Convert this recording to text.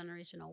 generational